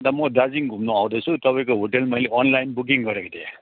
अनि त म दार्जिलिङ घुम्नु आउँदैछु तपाईँको होटेल मैले अनलाइन बुकिङ गरेको थिएँ